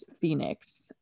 phoenix